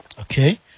Okay